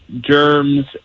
germs